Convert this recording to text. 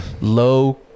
low